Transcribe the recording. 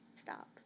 Stop